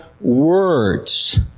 words